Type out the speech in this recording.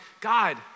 God